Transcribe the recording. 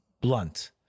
blunt